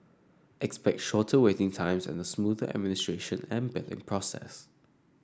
expect shorter waiting times and a smoother administration and billing process